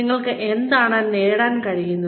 നിങ്ങൾക്ക് എന്താണ് നേടാൻ കഴിയുന്നത്